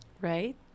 Right